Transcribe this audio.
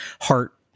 heart